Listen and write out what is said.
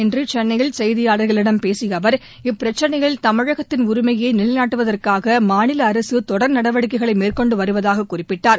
இன்று சென்னையில் செய்தியாளர்களிடம் பேசிய அவர் இப்பிரச்சினையில் தமிழகத்தின் உரிமையை நிலைநாட்டுவதற்காக மாநில அரசு தொடர் நடவடிக்கைகளை மேற்கொண்டு வருவதாகக் குறிப்பிட்டார்